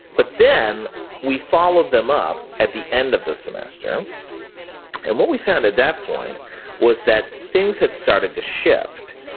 but then we followed them up at the end of the semester and what we found at that point was that things had started to shift.